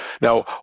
Now